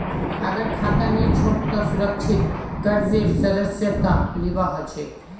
अगर खाता नी छोक त सुरक्षित कर्जेर सदस्यता लिबा हछेक